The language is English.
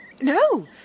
No